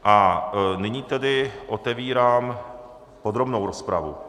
A nyní tedy otevírám podrobnou rozpravu.